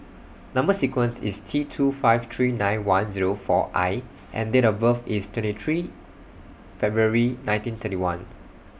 Number sequence IS T two five three nine one Zero four I and Date of birth IS twenty three February nineteen thirty one